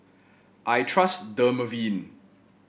I trust Dermaveen